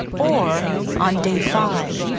or on day five,